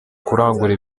kurangura